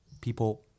people